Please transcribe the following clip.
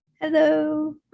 Hello